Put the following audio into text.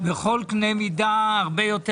מכל דבר אחר,